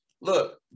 Look